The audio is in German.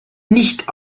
nicht